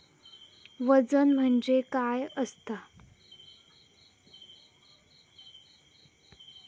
वजन म्हणजे काय असता?